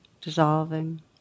dissolving